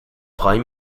prime